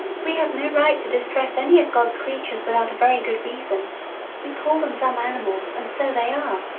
we have no right to distress any of god's creatures without a very good reason we call them dumb animals, and so they are,